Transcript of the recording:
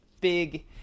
big